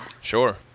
Sure